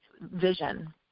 vision